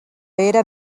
era